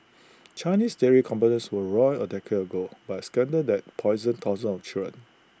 Chinese dairy companies were roiled A decade ago by A scandal that poisoned thousands of children